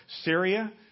Syria